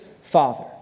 father